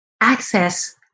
access